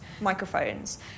microphones